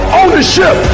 ownership